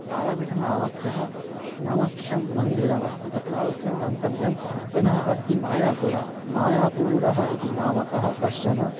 तारापीठः नामाख्यं नामाख्यं मन्दिरमस्ति तत्र अवश्यं गन्तव्यं पुनः अस्ति मायापूरं मायापूरम् इति नामकः कश्चनः